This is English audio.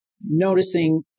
noticing